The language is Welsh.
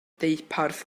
deuparth